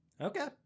Okay